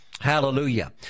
Hallelujah